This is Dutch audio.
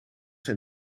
zijn